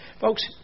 Folks